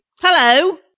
Hello